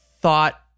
thought